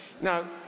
Now